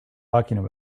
talking